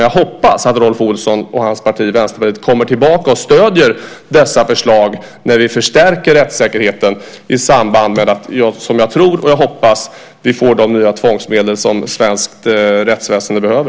Jag hoppas att Rolf Olsson och hans parti Vänsterpartiet kommer tillbaka och stöder dessa förslag när vi förstärker rättssäkerheten i samband med att vi, som jag tror och hoppas, får de nya tvångsmedel som svenskt rättsväsende behöver.